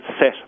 set